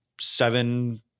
seven